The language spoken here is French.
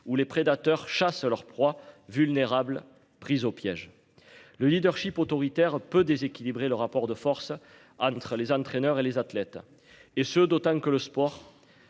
où les prédateurs chassent leurs proies vulnérables prise au piège. Le Leadership autoritaire peut déséquilibrer le rapport de force entre les entraîneurs et les athlètes et ce d'autant que le sport.